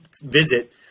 visit